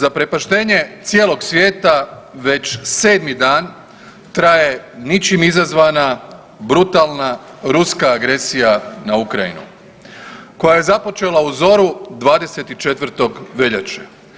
Na zaprepaštenje cijelog svijeta, već 7. dan traje ničim izazvana brutalna ruska agresija na Ukrajinu, koja je započela u zoru 24. veljače.